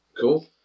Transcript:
Cool